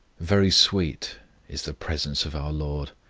very sweet is the presence of our lord,